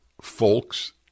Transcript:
folks